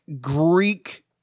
Greek